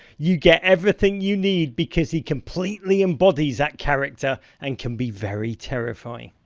you get everything you need because he completely embodies that character, and can be very terrifying.